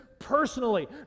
personally